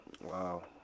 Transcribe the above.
Wow